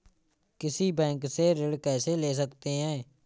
किसी बैंक से ऋण कैसे ले सकते हैं?